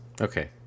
Okay